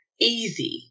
easy